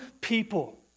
people